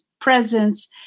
presence